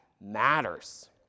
matters